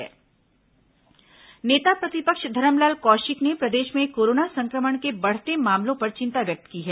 corona Kaushik बयान नेता प्रतिपक्ष धरमलाल कौशिक ने प्रदेश में कोरोना संक्रमण के बढ़ते मामलों पर चिंता व्यक्त की है